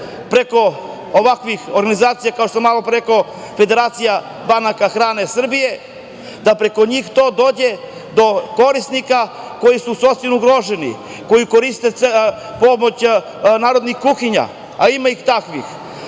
preko ovakvih organizacija, kao što sam malo pre rekao, Federacija banaka hrane Srbije, da preko njih to dođe do korisnika, koji su socijalno ugroženi, koji koriste pomoć narodnih kuhinja, a ima i takvih? Sa